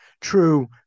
true